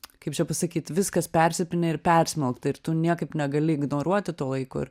kaip čia pasakyt viskas persipynę ir persmelkta ir tu niekaip negali ignoruoti to laiko